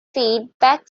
feedback